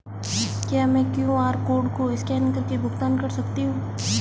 क्या मैं QR code को स्कैन करके भुगतान कर सकता हूं?